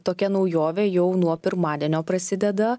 tokia naujovė jau nuo pirmadienio prasideda